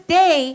day